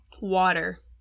Water